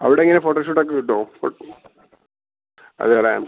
അവിടെങ്ങനെ ഫോട്ടോ ഷൂട്ടക്കെ കിട്ടോ അതേല്ലെ